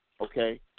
okay